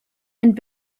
and